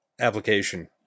application